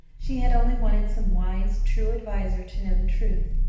she had only wanted some wise, true adviser to know the truth,